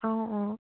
অঁ অঁ